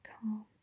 calm